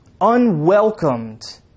unwelcomed